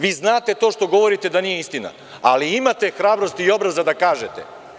Vi znate to što govorite da nije istina, ali imate hrabrosti i obraza da kažete.